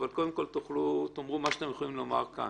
אבל קודם כול, תאמרו מה שאתם יכולים לומר כאן.